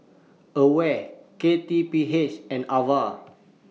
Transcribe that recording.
AWARE K T P H and AVA